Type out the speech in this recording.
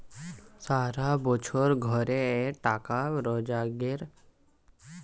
সারা বছর ধরে যে টাকা রোজগার হয় তাকে বার্ষিক আয় বা ইনকাম বলে